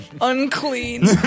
Unclean